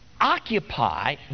occupy